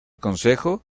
consejo